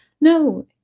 No